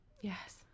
yes